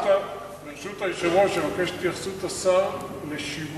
ברשות היושב-ראש, אבקש את התייחסות השר לשיווקים